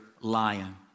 lion